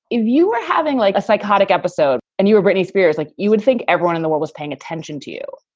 if you were having like a psychotic episode and you were britney spears, like, you would think everyone in the world was paying attention to you.